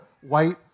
white